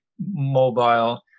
mobile